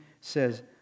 says